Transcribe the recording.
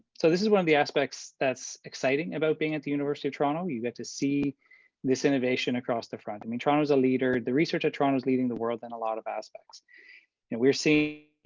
so this is one of the aspects that's exciting about being at the university of toronto. you get to see this innovation across the front. i mean, toronto is a leader, the research of toronto is leading the world in a lot of aspects, and we're seeing